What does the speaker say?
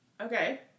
Okay